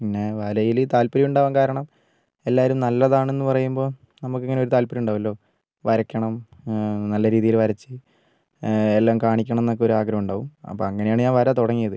പിന്നെ വരയില് താല്പര്യം ഉണ്ടാവാൻ കാരണം എല്ലാരും നല്ലതാണെന്ന് പറയുമ്പം നമുക്കിങ്ങനെ ഒരു താല്പര്യം ഉണ്ടാവുമല്ലോ വരയ്ക്കണം നല്ല രീതിയിൽ വരച്ച് എല്ലാം കാണിക്കണം എന്നൊക്കെ ഒരു ആഗ്രഹം ഉണ്ടാവും അപ്പോ അങ്ങനെയാണ് ഞാൻ വര തുടങ്ങിയത്